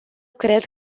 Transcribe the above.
cred